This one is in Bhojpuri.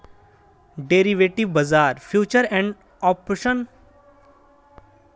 डेरिवेटिव बाजार फ्यूचर्स एंड ऑप्शन भी कहल जाला